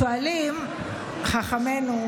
שואלים חכמינו